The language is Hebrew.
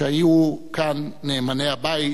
שהיו כאן נאמני הבית